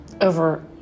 Over